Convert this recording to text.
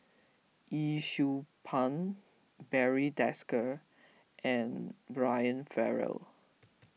Yee Siew Pun Barry Desker and Brian Farrell